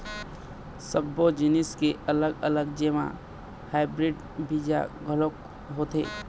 सब्बो जिनिस के अलग अलग जेमा हाइब्रिड बीजा घलोक होथे